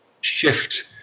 shift